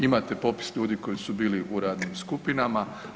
Imate popis ljudi koji su bili u radnim skupinama.